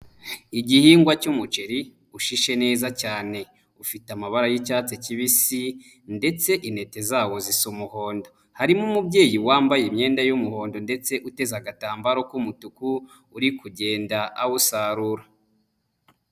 Igihingwa cy'umuceri ushishe neza cyane ufite amabara y'icyatsi kibisi ndetse inete zawo zisa umuhondo, harimo umubyeyi wambaye imyenda y'umuhondo ndetse uteze agatambaro k'umutuku uri kugenda awusarura.